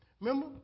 Remember